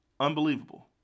unbelievable